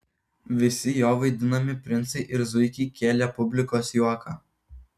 visi jo vaidinami princai ir zuikiai kėlė publikos juoką